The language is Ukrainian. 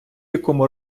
якому